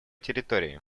территории